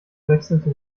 wechselte